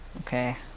Okay